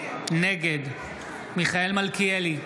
נגד מיכאל מלכיאלי,